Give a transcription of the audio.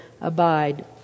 abide